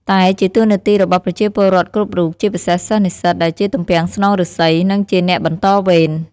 តែជាតួនាទីរបស់ប្រជាពលរដ្ឋគ្រប់រូប ជាពិសេសសិស្សនិស្សិតដែលជាទំពាំងស្នងឫស្សី និងជាអ្នកបន្តវេន។